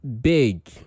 big